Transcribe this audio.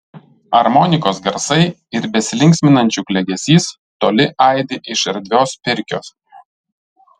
armonikos garsai ir besilinksminančių klegesys toli aidi iš erdvios pirkios